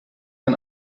ein